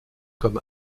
comme